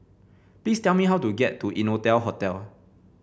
please tell me how to get to Innotel Hotel